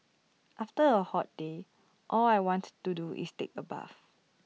after A hot day all I want to do is take A bath